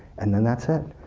and then that's it.